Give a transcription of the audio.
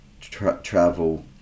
travel